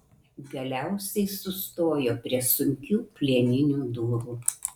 galiausiai sustojo prie sunkių plieninių durų